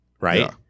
right